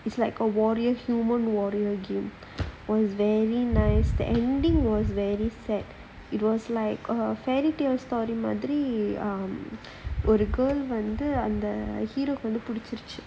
is like a warrior human warrior game was very nice the ending was very sad it was like a fairy tale story மாதிரி:maathiri um ஒரு:oru girl வந்து அந்த:vanthu antha hero வந்து புடிச்சுருச்சு:vanthu pudichuruchu